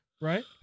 right